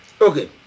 Okay